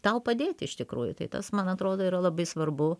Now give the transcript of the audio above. tau padėt iš tikrųjų tai tas man atrodo yra labai svarbu